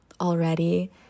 already